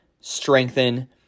strengthen